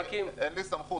אין לי סמכות.